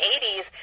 80s